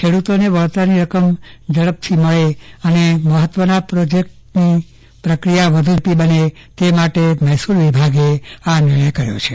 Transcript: ખેડૂતોને વળતરની રકમ ઝડપથી મળે અને મહત્વના પ્રોજેકટની પ્રક્રિયા વધુ ઝડપી બને તે માટે મહેસુલ વિભાગે આ નિર્ણય કર્યો છે